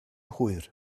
hwyr